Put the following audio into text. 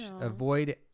Avoid